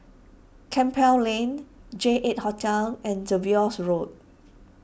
Campbell Lane J eight Hotel and Jervois Road